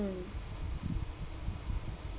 ~(mm)